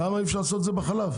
למה אי אפשר לעשות את זה עם החלב?